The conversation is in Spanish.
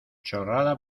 chorrada